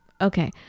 okay